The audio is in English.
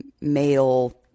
male